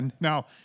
Now